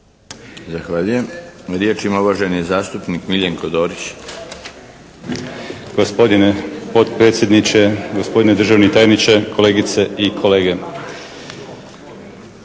Zahvaljujem. Riječ ima uvaženi zastupnik Miljenko Dorić. **Dorić, Miljenko (HNS)** Gospodine potpredsjedniče, gospodine državni tajniče, kolegice i kolege.